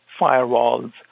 firewalls